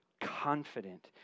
confident